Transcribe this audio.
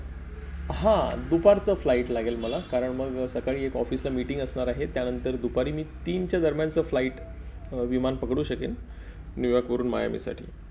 हां दुपारचं फ्लाईट लागेल मला कारण मग सकाळी एक ऑफिसला मिटिंग असणार आहे त्यानंतर दुपारी मी तीनच्या दरम्यानचं फ्लाईट विमान पकडू शकेन न्यूयॉर्कवरून मायामीसाठी